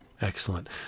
Excellent